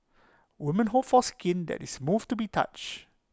women hope for skin that is move to be touch